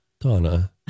Donna